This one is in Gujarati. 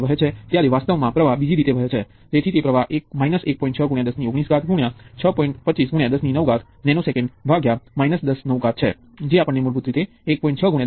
હવે જો તમને ફક્ત આ બે ટર્મિનલ્સ થી કનેક્ટ કરવાની મંજૂરી આપવામાં આવે તો આ આખી વસ્તુ એ કેટલીક લાક્ષણિકતાઓ સાથે અસરકારક રીતે બે ટર્મિનલ તત્વ છે